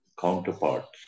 counterparts